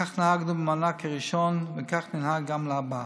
כך נהגנו במענק הראשון וכך ננהג גם להבא,